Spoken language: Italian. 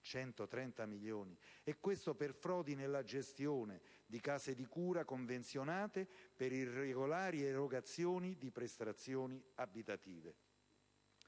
(130 milioni di euro) e questo per frodi nella gestione di case di cura convenzionate e per irregolari erogazioni di prestazioni riabilitative.